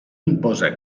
imposa